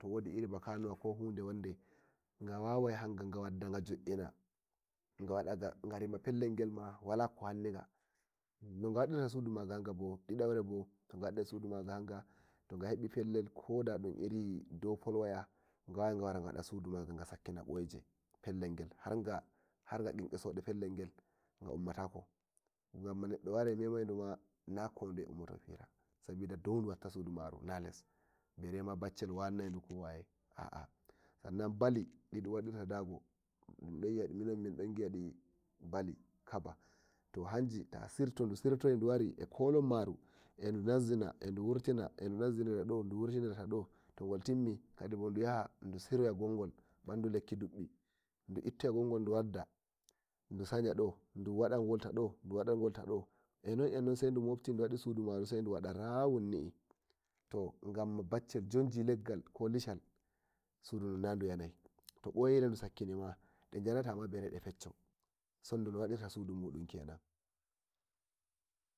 To wodi bakano wa ko huɗe wande ga wawai ga wande ga wawai ga wadda ga jo'ina garema pellel gel ma walako wanninga no gadirta sudumaga bo di daure hanga to ga heɓi pellel ko da dun irin dau poll wire sai gawara gwada sudu maga ga sakki koyeje pellel gel harge kenkesoɗe e pellel gel ga ga ummatako gam neddu warai memai duma sabida dudu watta sudumaru barai baccel wannaiɗau ko waya aa sannan bali didun wadirta dago minun mindun biadi bali kaba to hanji to du sirdoyi duari a kollom maru edunazi na edu wurtina gongol bandu lekki du ettowo gongol du waddata enon enon sai du motti sai du wada round ni to gam baccel jemni leggal ko lisal sudun nadu yanao to koyije du sakkinima de yana ta bare de pecco ma sundu no waɗir ta sudu mun kenan.